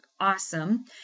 awesome